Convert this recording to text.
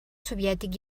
soviètic